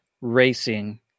racing